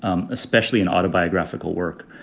um especially an autobiographical work.